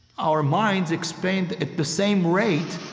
our minds expand at the same rate,